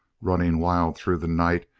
running wild through the night,